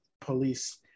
police